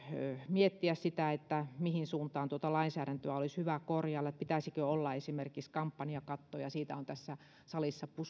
miettiä sitä mihin suuntaan tuota lainsäädäntöä olisi hyvä korjailla pitäisikö olla esimerkiksi kampanjakatto siitä on tässä salissa